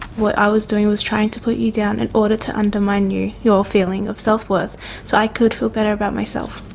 what i was doing was trying to put you down in order to undermine your feeling of self-worth so i could feel better about myself.